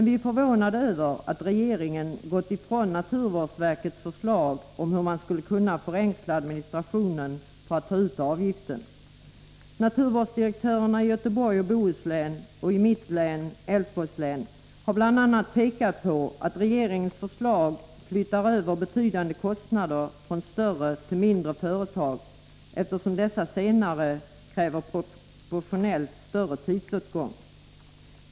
Vi är förvånade över att regeringen har gått ifrån naturvårdsverkets förslag om hur man skulle kunna förenkla administrationen när det gäller att ta ut avgiften. Naturvårdsdirektörerna i Göteborgs och Bohus län samt i mitt hemlän, Älvsborgs län, har bl.a. pekat på att regeringens förslag flyttar över betydande kostnader från större till mindre företag, eftersom de senare kräver proportionellt sett större tidsåtgång.